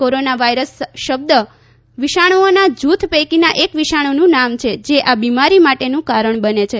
corona virus શબ્દ વિષાણુઓના જુથ પૈકીના એક વિષાણુનું નામ છે જે આ બિમારી માટેનું કારણ બને છે